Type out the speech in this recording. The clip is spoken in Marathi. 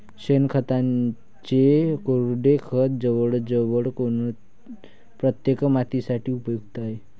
शेणखताचे कोरडे खत जवळजवळ प्रत्येक मातीसाठी उपयुक्त आहे